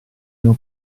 non